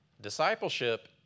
Discipleship